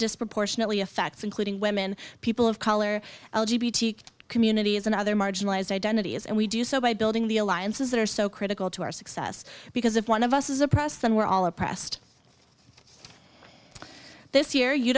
disproportionately affects including women people of color community is another marginalized identities and we do so by building the alliances that are so critical to our success because if one of us is a press then we're all oppressed this year you